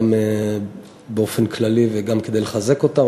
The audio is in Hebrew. גם באופן כללי וגם כדי לחזק אותם.